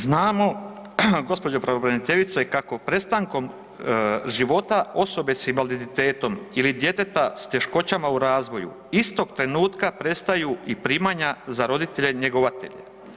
Znamo gđo. pravobraniteljice, kako prestankom života osobe s invaliditetom, ili djeteta s teškoćama u razvoju, istog trenutka prestaju i primanja za roditelje njegovatelje.